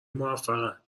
موفقن